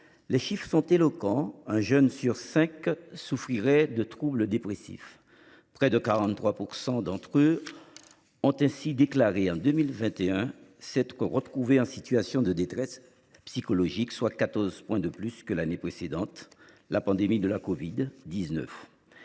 Les chiffres sont éloquents : un jeune sur cinq souffrirait de troubles dépressifs. Près de 43 % d’entre eux ont ainsi déclaré en 2021 s’être retrouvés en situation de détresse psychologique. C’est quatorze points de plus que l’année précédant la pandémie de la covid 19